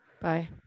Bye